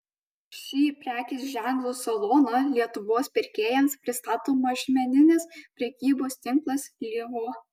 šį prekės ženklo saloną lietuvos pirkėjams pristato mažmeninės prekybos tinklas lėvuo